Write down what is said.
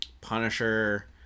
Punisher